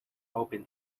open